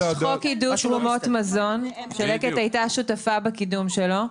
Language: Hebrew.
יש חוק עידוד תרומות מזון ש"לקט" הייתה שותפה בקידום שלו,